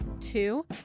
Two